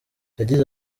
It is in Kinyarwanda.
yagize